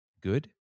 good